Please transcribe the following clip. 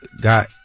got